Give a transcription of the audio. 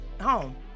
home